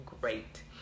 great